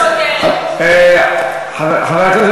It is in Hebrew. רק מה,